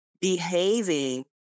behaving